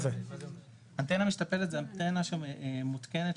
אנטנה משתפלת זאת אנטנה שמותקנת,